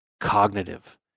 cognitive